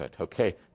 okay